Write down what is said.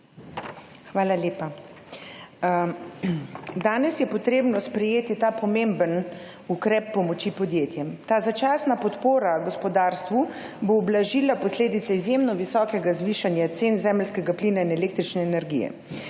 Hvala lepa. Danes je potrebno sprejeti ta pomemben ukrep pomoči podjetjem. Ta začasna podpora gospodarstvu bo ublažila posledice izjemno visokega zvišanja cen zemeljskega plina in električne energije.